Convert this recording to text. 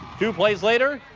two plays later.